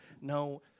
no